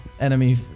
enemy